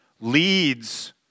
leads